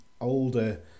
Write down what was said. older